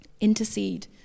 Intercede